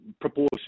proportion